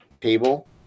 table